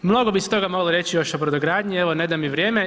Mnogo bi se toga moglo reći još o brodogradnji, evo, ne da mi vrijeme.